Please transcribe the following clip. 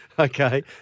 Okay